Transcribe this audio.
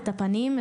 את הפנים,